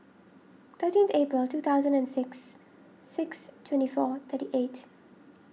thirteen April two thousand and six six twenty four thirty eight